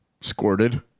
squirted